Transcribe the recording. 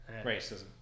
Racism